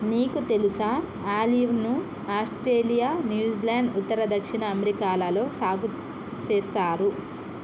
నీకు తెలుసా ఆలివ్ ను ఆస్ట్రేలియా, న్యూజిలాండ్, ఉత్తర, దక్షిణ అమెరికాలలో సాగు సేస్తారు